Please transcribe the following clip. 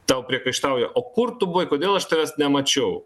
tau priekaištauja o kur tu buvai kodėl aš tavęs nemačiau